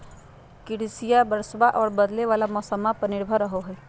कृषिया बरसाबा आ बदले वाला मौसम्मा पर निर्भर रहो हई